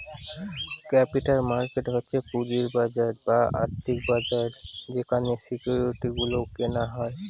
capital market হচ্ছে পুঁজির বাজার বা আর্থিক বাজার যেখানে সিকিউরিটি গুলো কেনা হয়